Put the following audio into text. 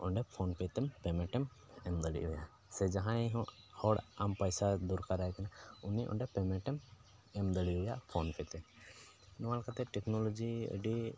ᱚᱸᱰᱮ ᱯᱷᱳᱱᱯᱮ ᱛᱮᱢ ᱯᱮᱢᱮᱴᱮᱢ ᱮᱢ ᱫᱟᱲᱮᱣᱟᱭᱟ ᱥᱮ ᱡᱟᱦᱟᱭ ᱦᱚᱸ ᱦᱚᱲᱟᱜ ᱟᱢ ᱯᱚᱭᱥᱟ ᱫᱚᱨᱠᱟᱨᱟᱭ ᱠᱟᱱᱟ ᱩᱱᱤ ᱚᱸᱰᱮ ᱯᱮᱢᱮᱴᱮᱢ ᱮᱢ ᱫᱟᱲᱮᱣᱟᱭᱟ ᱯᱷᱳᱱᱯᱮ ᱛᱮ ᱱᱚᱣᱟ ᱞᱮᱠᱟᱛᱮ ᱴᱮᱠᱱᱳᱞᱳᱡᱤ ᱟᱹᱰᱤ